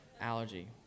allergy